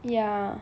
ya